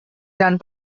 done